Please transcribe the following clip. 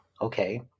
okay